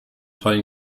heulen